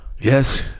Yes